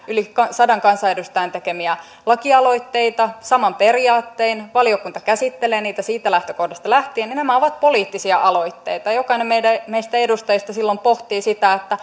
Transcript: yli sadan kansanedustajan tekemiä lakialoitteita samoin periaattein valiokunta käsittelee niitä siitä lähtökohdasta lähtien ja nämä ovat poliittisia aloitteita jokainen meistä edustajista silloin pohtii sitä